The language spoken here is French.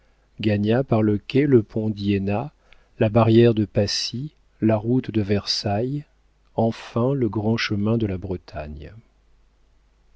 gagna par le quai le pont d'iéna la barrière de passy la route de versailles enfin le grand chemin de la bretagne